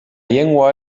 llengua